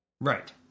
Right